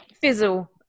fizzle